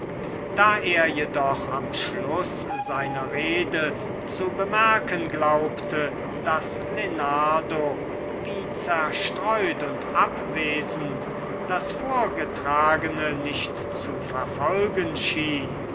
da er jedoch am schluß seiner rede zu bemerken glaubte daß lenardo wie zerstreut und abwesend das vorgetragene nicht zu verfolgen schien